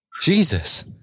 Jesus